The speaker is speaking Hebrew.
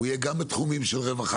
יהיה גם בתחומים של רווחה,